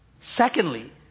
Secondly